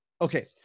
Okay